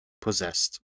possessed